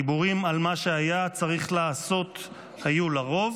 דיבורים על מה שהיה צריך לעשות היו לרוב,